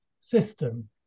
system